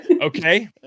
Okay